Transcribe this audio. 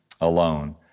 alone